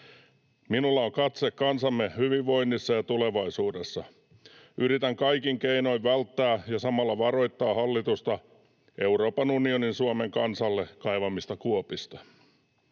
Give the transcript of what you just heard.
Minulla on katse kansamme hyvinvoinnissa ja tulevaisuudessa. Yritän kaikin keinoin välttää — ja samalla varoittaa niistä hallitusta — Euroopan unionin Suomen kansalle kaivamia kuoppia.